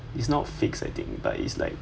it's not fixed I think but it's like